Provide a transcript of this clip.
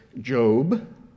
Job